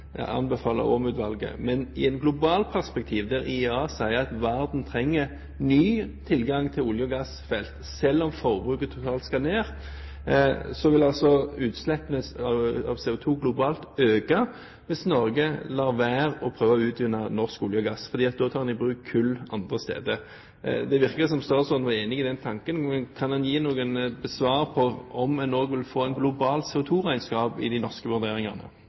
Men i et globalt perspektiv, der IEA sier at verden trenger ny tilgang til olje- og gassfelt selv om forbruket totalt skal ned, vil altså utslippene av CO2 globalt øke hvis Norge lar være å utvinne norsk olje og gass, for da tar en i bruk kull andre steder. Det virket som om statsråden var enig i den tanken, men kan en gi noe svar på om en også vil få et globalt CO2-regnskap i de norske vurderingene?